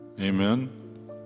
Amen